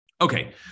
Okay